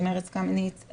ארז קמיניץ,